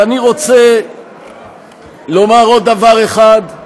ואני רוצה לומר עוד דבר אחד,